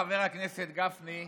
חבר הכנסת גפני,